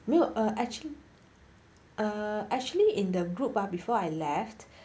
没有 !ee! actually err actually in the group ah before I left